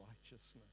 righteousness